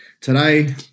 Today